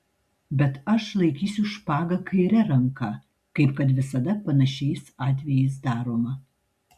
bet aš laikysiu špagą kaire ranka kaip kad visada panašiais atvejais daroma